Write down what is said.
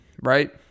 right